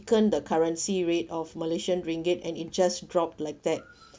the currency rate of malaysian ringgit and it just drop like that